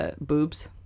boobs